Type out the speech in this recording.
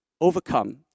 overcome